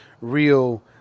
real